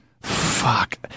Fuck